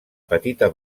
petita